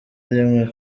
rimwe